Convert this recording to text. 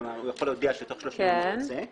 כלומר הוא יכול להודיע שתוך 30 יום הוא יוצא.